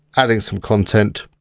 adding some content,